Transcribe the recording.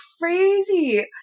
crazy